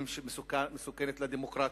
היא מסוכנת לדמוקרטיה,